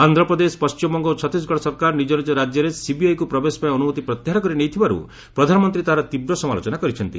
ଆନ୍ଧ୍ରପ୍ରଦେଶ ପଣ୍ଠିମବଙ୍ଗ ଓ ଛତିଶଗଡ଼ ସରକାର ନିଜ ନିଜ ରାଜ୍ୟରେ ସିବିଆଇକୁ ପ୍ରଦେଶପାଇଁ ଅନୁମତି ପ୍ରତ୍ୟାହାର କରି ନେଇଥିବାରୁ ପ୍ରଧାନମନ୍ତ୍ରୀ ତାହାର ତୀବ୍ର ସମାଲୋଚନା କରିଛନ୍ତି